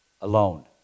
alone